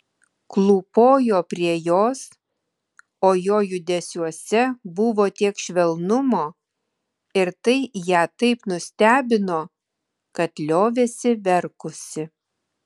klūpojo prie jos o jo judesiuose buvo tiek švelnumo ir tai ją taip nustebino kad liovėsi verkusi